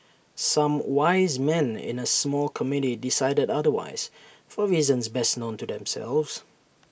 some wise men in A small committee decided otherwise for reasons best known to themselves